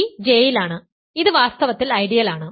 b J യിലാണ് ഇത് വാസ്തവത്തിൽ ഐഡിയലാണ്